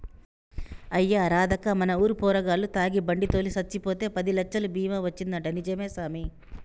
అయ్యా రాదక్కా మన ఊరు పోరగాల్లు తాగి బండి తోలి సచ్చిపోతే పదిలచ్చలు బీమా వచ్చిందంటా నిజమే సామి